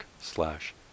slash